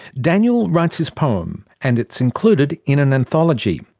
daniel writes his poem, and it's included in an anthology.